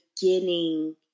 beginning